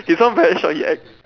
he sound very sure he act